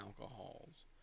alcohols